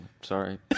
sorry